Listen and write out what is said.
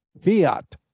fiat